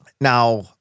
now